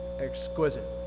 exquisite